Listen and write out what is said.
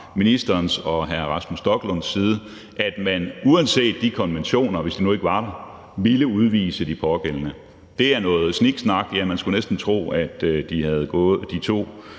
ministerens og hr. Rasmus Stoklunds side svare på, om man, hvis der ikke var de konventioner, ville udvise de pågældende. Det er noget sniksnak – ja, man skulle næsten tro, at de to